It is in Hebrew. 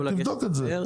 בדוק את זה.